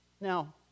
Now